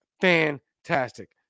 Fantastic